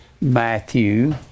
Matthew